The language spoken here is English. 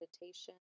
Meditation